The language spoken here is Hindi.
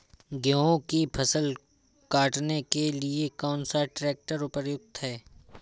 गेहूँ की फसल काटने के लिए कौन सा ट्रैक्टर उपयुक्त है?